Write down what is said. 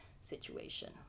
situation